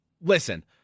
listen